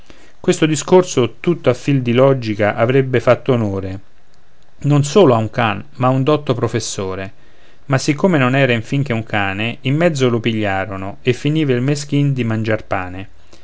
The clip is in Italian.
questo discorso tutto a fil di logica avrebbe fatto onore non solo a un can ma a un dotto professore ma siccome non era infin che un cane in mezzo lo pigliarono e finiva il meschin di mangiar pane